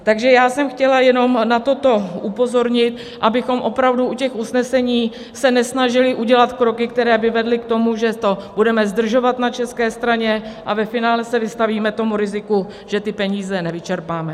Takže já jsem chtěl jenom na toto upozornit, abychom opravdu u těch usnesení se nesnažili udělat kroky, které by vedly k tomu, že to budeme zdržovat na české straně a ve finále se vystavíme tomu riziku, že ty peníze nevyčerpáme.